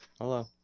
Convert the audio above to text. Hello